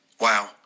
Wow